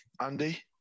Andy